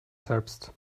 selbst